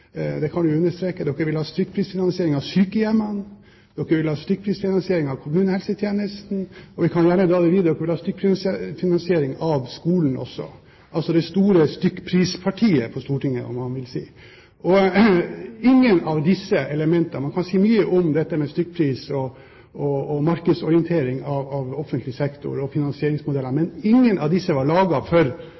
det kan de jo bekrefte. De vil ha stykkprisfinansiering av sykehjemmene, og de vil ha stykkprisfinansiering av kommunehelsetjenesten. Vi kan gjerne dra det videre: De vil ha stykkprisfinansiering av skolen også. Det er det store stykkprisfinansieringspartiet på Stortinget, kan man vel si. Man kan si mye om stykkprisfinansiering og markedsorientering av offentlig sektor og finansieringsmodeller, men ingen av disse elementene var laget for